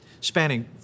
spanning